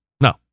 No